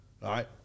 right